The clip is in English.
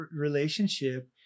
relationship